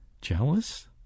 Jealous